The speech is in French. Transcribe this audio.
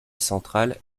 central